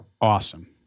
Awesome